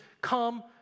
come